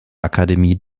akademie